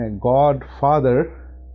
God-Father